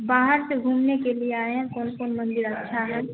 बाहर से घूमने के लिए आये हैं कौन कौन मंदिर अच्छा है